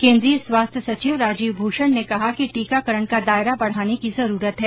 केन्द्रीय स्वास्थ्य सचिव राजीव भूषण ने कहा कि टीकाकरण का दायरा बढाने की जरूरत है